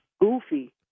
goofy